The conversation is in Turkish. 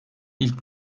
ilk